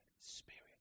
Spirit